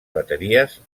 bateries